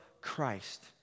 Christ